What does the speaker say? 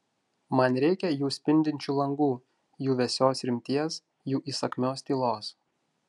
man reikia jų spindinčių langų jų vėsios rimties jų įsakmios tylos